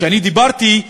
כשאני דיברתי,